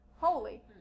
holy